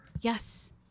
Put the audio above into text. yes